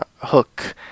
Hook